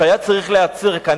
שהיה צריך להיעצר כאן.